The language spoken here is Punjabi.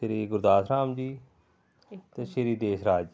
ਸ੍ਰੀ ਗੁਰਦਾਸ ਰਾਮ ਜੀ ਅਤੇ ਸ਼੍ਰੀ ਦੇਸਰਾਜ ਜੀ